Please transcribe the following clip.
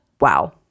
Wow